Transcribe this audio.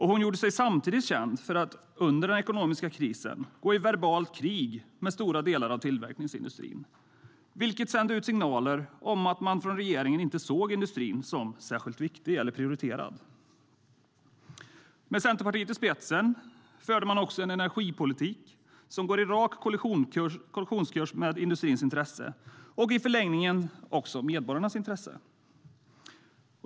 Hon gjorde sig samtidigt känd för att under den ekonomiska krisen gå i verbalt krig med stora delar av tillverkningsindustrin, vilket sände ut signaler om att man från regeringen inte såg industrin som särskilt viktig eller prioriterad. Med Centerpartiet i spetsen förde man också en energipolitik som gick på rak kollisionskurs med industrins intresse och i förlängningen också medborgarnas intresse.